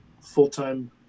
full-time